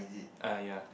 err ya